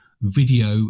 video